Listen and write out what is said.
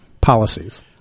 policies